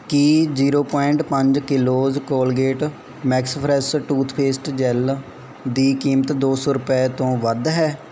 ਕੀ zero point ਪੰਜ kilos Colgate max fresh toothpaste gel ਦੀ ਕੀਮਤ ਦੋ ਸੌ ਰੁਪਏ ਤੋਂ ਵੱਧ ਹੈ